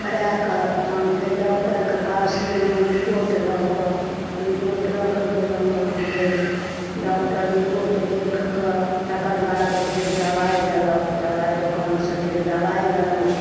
करायकऽ तहन फेर डॉक्टर कऽ पास गेलौ रिपोर्ट लऽ कऽ रिपोर्ट लऽ कऽ गेलहुँ तहन फेर डॉक्टर रिपोर्ट देखि कऽ तकर बाद फेर दबाइ देलक दबाइ दोकानसँ फेर दबाइ लेलहुँ